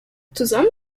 zusammen